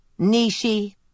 Nishi